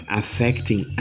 affecting